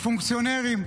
לפונקציונרים,